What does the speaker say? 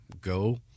go